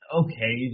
okay